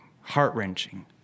heart-wrenching